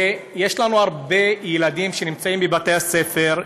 ויש לנו הרבה ילדים שנמצאים בבתי הספר,